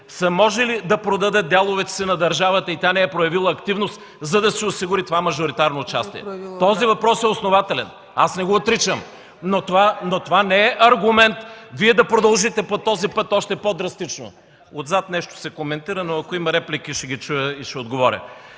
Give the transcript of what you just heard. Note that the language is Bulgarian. са можели да продадат дяловете си на държавата и тя не е проявила активност, за да се осигури това мажоритарно участие? Този въпрос е основателен. Аз не го отричам, но това не е аргумент да продължите по този път още по-драстично. (Шум и реплики.) Отзад нещо се коментира, но ако има реплики ще ги чуя и ще отговоря.